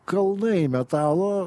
kalnai metalo